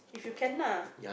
if you can ah